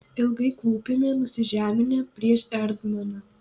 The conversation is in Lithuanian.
ilgai klūpime nusižeminę prieš erdmaną